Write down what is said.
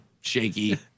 shaky